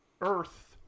earth